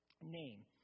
name